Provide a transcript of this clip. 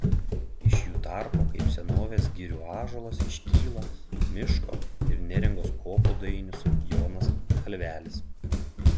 iš jų tarpo kaip senovės girių ąžuolas iškyla miško ir neringos kopų dainius jonas kalvelis